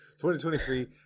2023